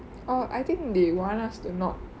orh I think they want us to not